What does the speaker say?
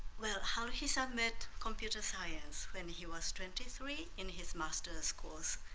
well, how he submit computer science when he was twenty three in his master's course.